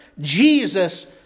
Jesus